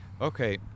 okay